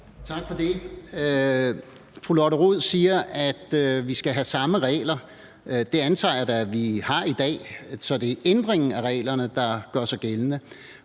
Tak for det. Fru Lotte Rod siger, at vi skal have samme regler. Det antager jeg da at vi har i dag, så det er ændringen af reglerne, der gør sig gældende.